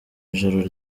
ijoro